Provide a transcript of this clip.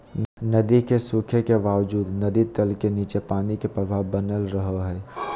नदी के सूखे के बावजूद नदी तल के नीचे पानी के प्रवाह बनल रहइ हइ